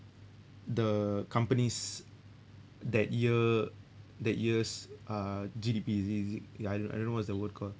the company's that year that year's uh G_D_P is it is it ya I don't know what's the word call